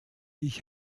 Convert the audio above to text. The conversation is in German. ich